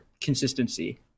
consistency